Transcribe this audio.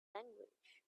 language